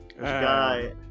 guy